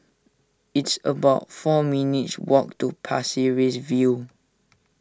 it's about four minutes' walk to Pasir Ris View